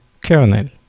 kernel